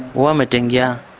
vomiting, yeah